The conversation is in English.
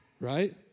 right